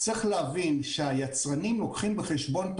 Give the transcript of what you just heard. צריך להבין שהיצרנים לוקחים בחשבון את